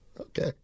Okay